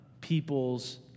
people's